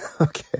Okay